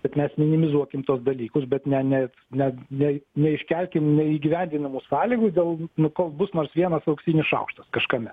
bet mes minimizuokim tuos dalykus bet ne ne ne ne neiškelkim neįgyvendinamų sąlygų dėl nu kol bus nors vienas auksinis šaukštas kažkame